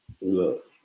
look